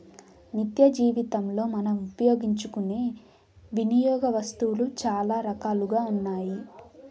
నిత్యజీవనంలో మనం ఉపయోగించుకునే వినియోగ వస్తువులు చాలా రకాలుగా ఉన్నాయి